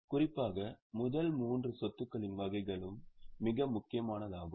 குறிப்பாக முதல் மூன்று சொத்துக்களின் வகைகளுக்கு மிக முக்கியமானதாகும்